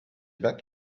back